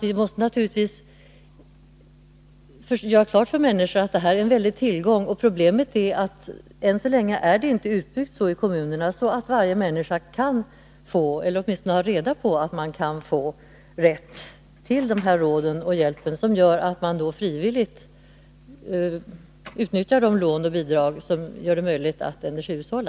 Vi måste därför göra klart för människor att det här är en väldig tillgång. Problemet är att energibesiktningen ännu inte är så utbyggd i kommunerna att varje människa har reda på att man kan få råd och hjälp som gör att man frivilligt uthyttjar de lån och bidrag som gör det möjligt att energihushålla.